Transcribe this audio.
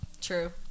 True